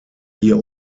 hier